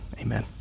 amen